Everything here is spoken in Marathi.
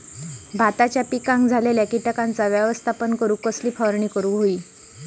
भाताच्या पिकांक झालेल्या किटकांचा व्यवस्थापन करूक कसली फवारणी करूक होई?